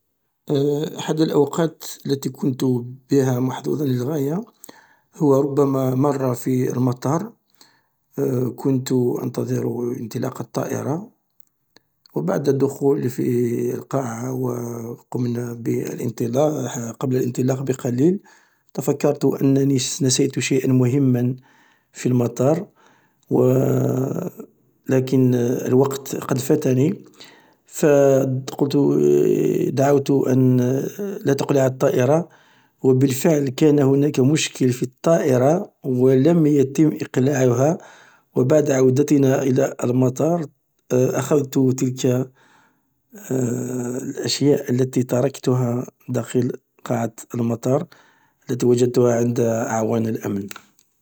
أحد الأوقات التي كنت بها محظوظ للغاية هو ربما مرة في المطار كنت أنتظر إنطلاق الطائرة و بعد الدخول في القاعة و قمنا ب قبل الإنطلاق بقليل تفكرت أنني نسيت شيئا مهما في المطار و لكن الوقت قد فاتني فقلت دعوت أن لا تقلع الطائرة و بالفعل كان هناك مشكل في الطائرة و لم يتم إقلاعها و بعد عودتنا إلى المطار أخذت تلك الأشياء التي تركتها داخل قاعة المطار التي وجدتها عند أعوان الأمن.